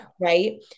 Right